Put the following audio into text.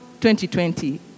2020